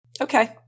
Okay